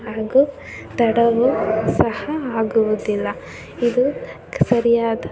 ಹಾಗು ತಡವು ಸಹ ಆಗುವುದಿಲ್ಲ ಇದು ಸರಿಯಾದ